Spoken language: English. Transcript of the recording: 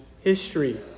history